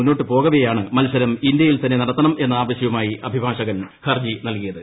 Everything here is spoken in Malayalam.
മുന്നോട്ടുപോകവേയാണ് മത്സരം ഇന്ത്യയിൽത്തന്നെ നടത്തണമെന്ന ആവശ്യവുമായി അഭിഭാഷകൻ ഹർജി നൽകിയത്